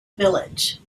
village